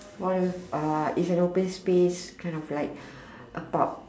one uh it's an open space kind of like a pub